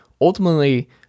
ultimately